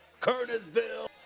kernersville